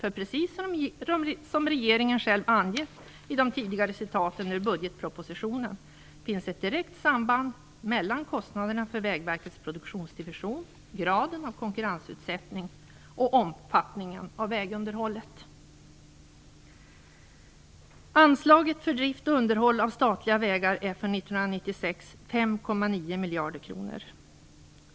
Ty precis som regeringen själv angett enligt de tidigare citaten ur budgetpropositionen finns ett direkt samband mellan kostnaderna för Vägverkets produktionsdivision, graden av konkurrensutsättning och omfattningen av vägunderhållet. Anslaget för drift och underhåll av statliga vägar är 5,9 miljarder kronor för 1996.